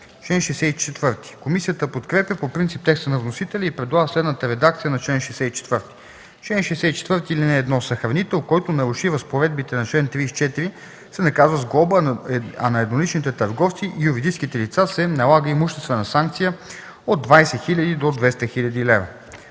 комисията подкрепя по принцип текста на вносителя и предлага следната редакция: „Чл. 64. (1) Съхранител, който наруши разпоредбите на чл. 34, се наказва с глоба, а на едноличните търговци и юридическите лица се налага имуществена санкция от 20 000 до 200 000 лв.